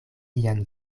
ian